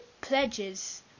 pledges